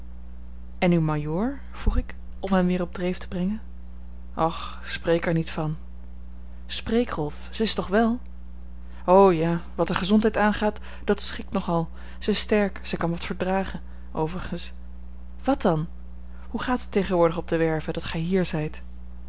en uw majoor vroeg ik om hem weer op dreef te brengen och spreek er niet van spreek rolf zij is toch wel o ja wat de gezondheid aangaat dat schikt nog al zij is sterk zij kan wat verdragen overigens wat dan hoe gaat het tegenwoordig op de werve dat gij hier zijt